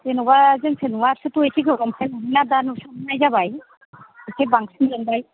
जेन'बा जोंसो नुवा एसे गोबावनिफ्राय दा नुस'ननाय जाबाय इसे बांसिन मोनबाय